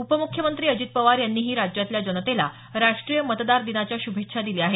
उपम्ख्यमंत्री अजित पवार यांनी राज्यातल्या जनतेला राष्ट्रीय मतदार दिनाच्या शुभेच्छा दिल्या आहेत